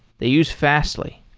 they use fastly.